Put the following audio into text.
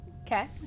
okay